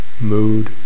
mood